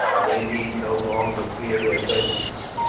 and they need no longer fear their vengeance.